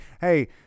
hey